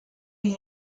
you